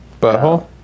Butthole